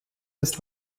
jetzt